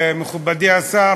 מכובדי השר,